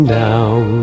down